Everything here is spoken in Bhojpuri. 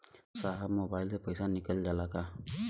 साहब मोबाइल से पैसा निकल जाला का?